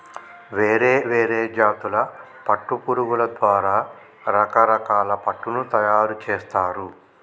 వేరే వేరే జాతుల పట్టు పురుగుల ద్వారా రకరకాల పట్టును తయారుచేస్తారు